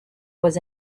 was